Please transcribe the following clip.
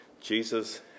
Jesus